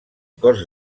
cos